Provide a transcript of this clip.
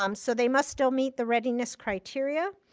um so they must still meet the readiness criteria.